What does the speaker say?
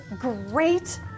great